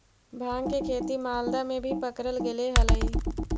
भाँग के खेती मालदा में भी पकडल गेले हलई